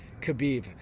Khabib